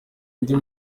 indi